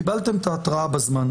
קיבלתם את ההתרעה בזמן.